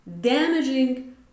damaging